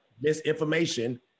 misinformation